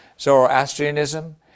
Zoroastrianism